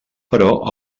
però